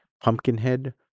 Pumpkinhead